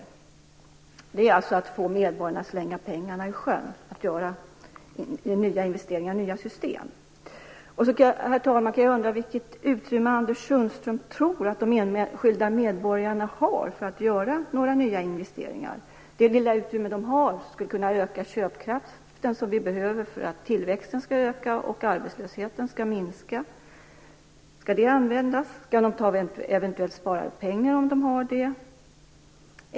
Att göra investeringar i nya system är att få medborgarna att slänga pengarna i sjön. Herr talman! Jag undrar också vilket utrymme Anders Sundström tror att de enskilda medborgarna har för att göra nya investeringar. Det lilla utrymme de har skulle kunna öka köpkraften. Det behöver vi för att tillväxten skall öka och för att arbetslösheten skall minska. Skall detta utrymme användas? Skall de ta av eventuellt sparade pengar?